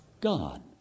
God